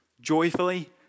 joyfully